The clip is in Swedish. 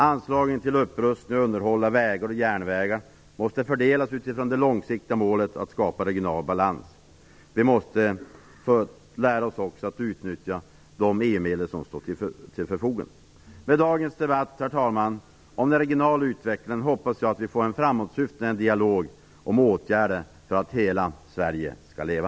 Anslagen till upprustning och underhåll av vägar och järnvägar måste fördelas utifrån det långsiktiga målet att skapa regional balans. Vi måste också lära oss att utnyttja de EU-medel som står till förfogande. Herr talman! Med dagens debatt om den regionala utvecklingen hoppas jag att vi får en framåtsyftande dialog om åtgärder för att hela Sverige skall leva.